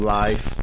life